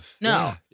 No